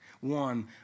One